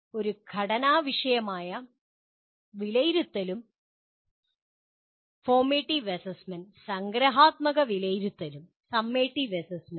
ഒരു ഘടനാ വിഷയകമായ വിലയിരുത്തലും ഫോർമേറ്റീവ് അസസ്മെൻ്റ് സംഗ്രഹാത്മക വിലയിരുത്തലും സമ്മേറ്റീവ് അസസ്മെൻ്റ്